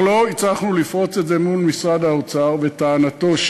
אנחנו לא הצלחנו לפרוץ את זה מול משרד האוצר בטענתו,